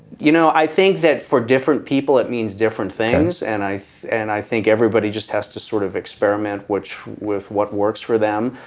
you know i think that for different people it means different things. and i and i think everybody just has to sort of experiment which what works for them.